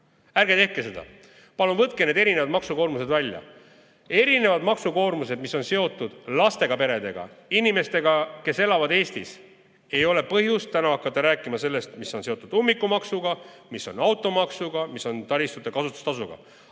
Ärge tehke seda, palun võtke need erinevad maksukoormused välja! Erinevad maksukoormused, mis on seotud lastega peredega, inimestega, kes elavad Eestis, ei ole põhjust täna hakata rääkima sellest, mis on seotud ummikumaksuga, mis on automaksuga, mis on taristute kasutustasuga. Automaksust